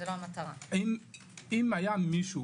אם היה מישהו